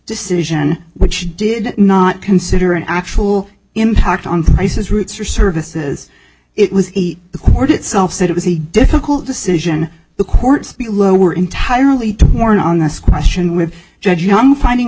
decision which did not consider an actual impact on prices routes or services it was the court itself said it was a difficult decision the courts were entirely torn on this question with judge young finding